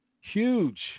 huge